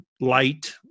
light